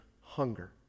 hunger